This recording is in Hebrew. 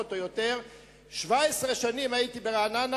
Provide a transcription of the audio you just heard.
17 שנים הייתי ברעננה,